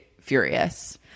furious